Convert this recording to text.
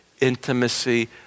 intimacy